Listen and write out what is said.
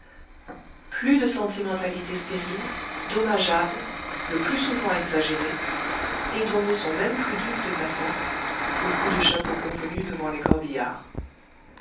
plus de sentimentalités stériles dommageables le plus souvent exagérées et dont ne sont même plus dupes les passants aux coups de chapeaux convenus devant les corbillards